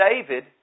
David